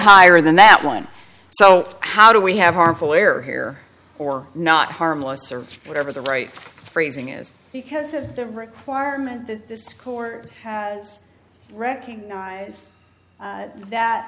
higher than that one so how do we have harmful error here or not harmless or whatever the right phrasing is because of the requirement that this court has recognized that